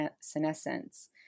senescence